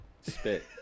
spit